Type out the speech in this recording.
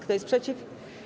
Kto jest przeciw?